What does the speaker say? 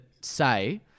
say